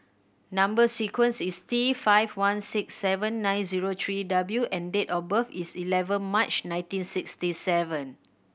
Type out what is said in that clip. number sequence is T five one six seven nine zero three W and date of birth is eleven March nineteen sixty seven